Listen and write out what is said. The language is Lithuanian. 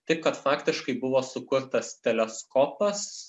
taip kad faktiškai buvo sukurtas teleskopas